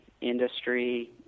industry